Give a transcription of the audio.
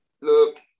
look